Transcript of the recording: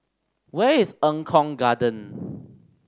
where is Eng Kong Garden